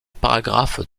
paragraphe